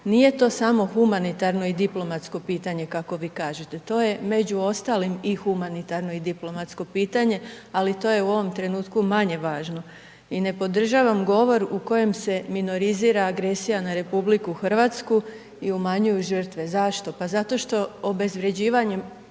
Nije to samo humanitarno i diplomatsko pitanje kako vi kažete. To je među ostalim i humanitarno i diplomatsko pitanje, ali to je u ovom trenutku manje važno. I ne podržavam govor u kojem se minorizira agresija na Republiku Hrvatsku i umanjuju žrtve. Zašto? Pa zato što obezvrjeđivanjem